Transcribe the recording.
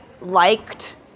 liked